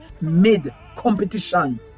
mid-competition